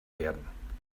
werden